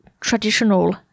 traditional